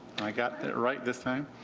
i got that right this time?